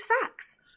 sacks